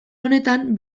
honetan